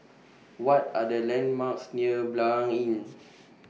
What Are The landmarks near Blanc Inn